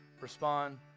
Respond